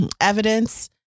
evidence